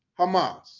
Hamas